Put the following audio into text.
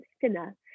thinner